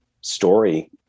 story